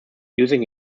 using